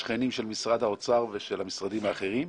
שכנים של משרד האוצר ושל משרדים האחרים,